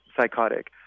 psychotic